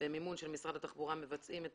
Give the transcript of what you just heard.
במימון של משרד התחבורה מבצעת עכשיו